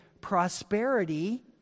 prosperity